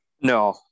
No